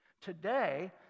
Today